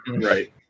Right